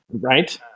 right